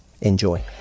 Enjoy